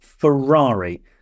Ferrari